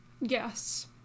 Yes